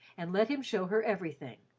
and let him show her everything.